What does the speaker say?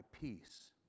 peace